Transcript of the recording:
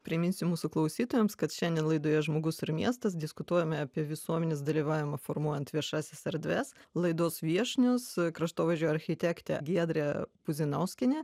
priminsiu mūsų klausytojams kad šiandien laidoje žmogus ir miestas diskutuojame apie visuomenės dalyvavimą formuojant viešąsias erdves laidos viešnios kraštovaizdžio architektė giedrė puzinauskienė